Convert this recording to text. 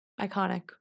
iconic